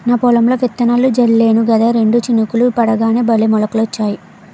నా పొలంలో విత్తనాలు జల్లేను కదా రెండు చినుకులు పడగానే భలే మొలకలొచ్చాయి